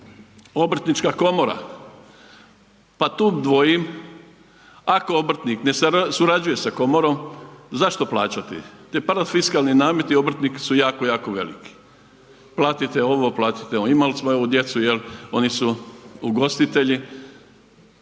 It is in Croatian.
Obrtnička komora, pa tu dvojim, ako obrtnik ne surađuje sa komorom zašto plaćati? Ti parafiskalni nameti obrtnika su jako, jako veliki. Platite ovo, platite ono, imali smo ovu djecu jel oni su ugostitelji,